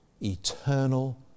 eternal